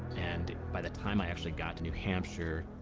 and by the time i actually got to new hampshire,